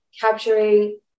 capturing